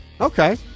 Okay